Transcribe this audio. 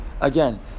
again